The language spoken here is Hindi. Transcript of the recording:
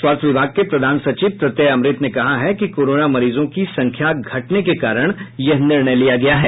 स्वास्थ्य विभाग के प्रधान सचिव प्रत्यय अमृत ने कहा है कि कोरोना मरीजों की संख्या घटने के कारण यह निर्णय लिया गया है